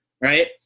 Right